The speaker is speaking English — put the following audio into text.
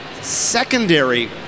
secondary